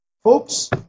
folks